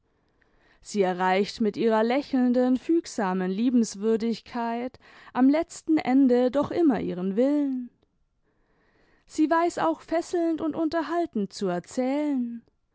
sie erreicht mit ihrer lächelnden fügsamen liebenswürdigkeit am letzten ende doch immer ihren willen sie weiß auch fesselnd und unterhaltend zu erzählen